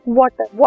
water